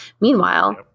Meanwhile